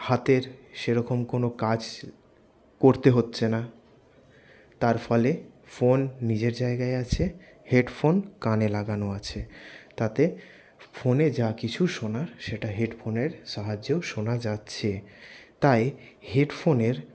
হাতের সেরকম কোন কাজ করতে হচ্ছেনা তার ফলে ফোন নিজের জায়গায় আছে হেডফোন কানে লাগানো আছে তাতে ফোনে যা কিছু শোনার সেটা হেডফোনের সাহায্যেও শোনা যাচ্ছে তাই হেডফোনের